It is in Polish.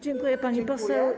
Dziękuję, pani poseł.